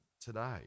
today